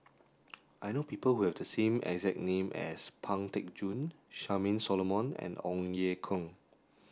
I know people who have the exact name as Pang Teck Joon Charmaine Solomon and Ong Ye Kung